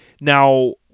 Now